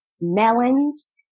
melons